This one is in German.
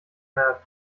der